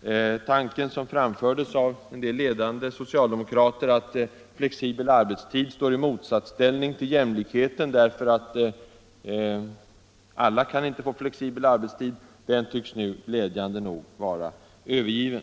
Den tanke som framfördes av en del ledande socialdemokrater att flexibel arbetstid står i motsats till jämlikheten, därför att alla inte kan få flexibel arbetstid, tycks nu glädjande nog vara övergiven.